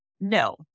No